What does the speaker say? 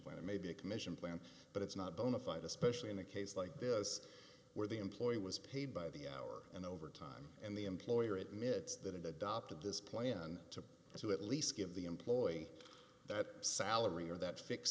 when it may be a commission plan but it's not bona fide especially in a case like this where the employee was paid by the hour and over time and the employer admits that it adopted this plan to do at least give the employee that salary or that fix